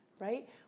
right